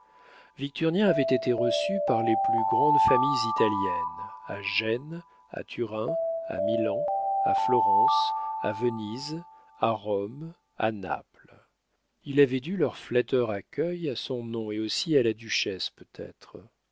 victurnien avait été reçu par les plus grandes familles italiennes à gênes à turin à milan à florence à venise à rome à naples il avait dû leur flatteur accueil à son nom et aussi à la duchesse peut-être